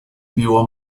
biło